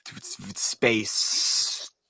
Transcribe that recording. space